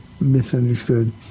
misunderstood